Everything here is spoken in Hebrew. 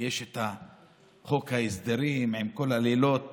יש חוק ההסדרים, עם כל הלילות